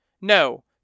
No